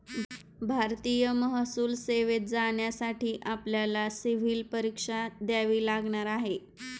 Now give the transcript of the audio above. भारतीय महसूल सेवेत जाण्यासाठी आपल्याला सिव्हील परीक्षा द्यावी लागणार आहे